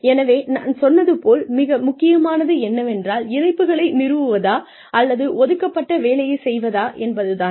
எனவே நான் சொன்னது போல் மிக முக்கியமானது என்னவென்றால் இணைப்புகளை நிறுவுவதா அல்லது ஒதுக்கப்பட்ட வேலையைச் செய்வதா என்பதுதான்